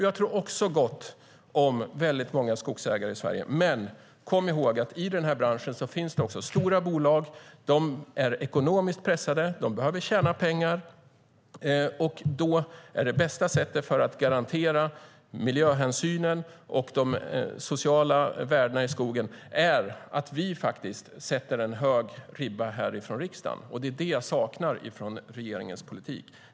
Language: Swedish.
Jag tror också gott om väldigt många skogsägare i Sverige, men kom ihåg att i den här branschen finns också stora bolag som är ekonomiskt pressade och behöver tjäna pengar, och då är det bästa sättet för att garantera miljöhänsynen och de sociala värdena i skogen att vi sätter en hög ribba från riksdagen. Det är det som jag saknar i regeringens politik.